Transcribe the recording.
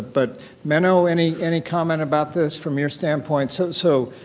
but minnow, any any comment about this from your standpoint? so, so